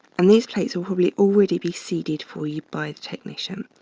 and these plates will probably already be seeded for you by the technician.